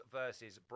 versus